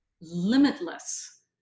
limitless